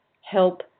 help